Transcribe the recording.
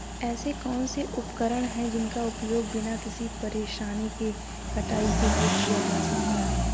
ऐसे कौनसे उपकरण हैं जिनका उपयोग बिना किसी परेशानी के कटाई के लिए किया जा सकता है?